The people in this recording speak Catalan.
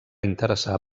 interessar